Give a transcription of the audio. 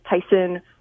Tyson